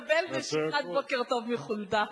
לקבל נשיכת "בוקר טוב" מחולדה.